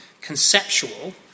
conceptual